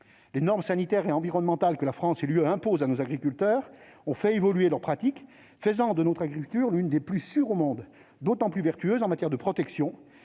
Les normes sanitaires et environnementales que la France et l'Union européenne imposent à nos agriculteurs ont fait évoluer leurs pratiques, faisant de notre agriculture l'une des plus sûres au monde, toujours plus vertueuse en matière de protection